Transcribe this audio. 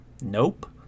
Nope